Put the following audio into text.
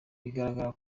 bigaragara